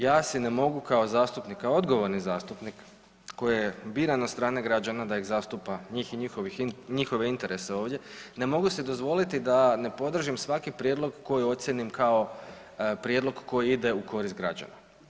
Ja si ne mogu kao zastupnik, kao odgovorni zastupnik koji je biran od strane građana da ih zastupa, njih i njihove interese ovdje ne mogu si dozvoliti da ne podržim svaki prijedlog koji ocijenim kao prijedlog koji ide u korist građana.